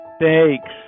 Thanks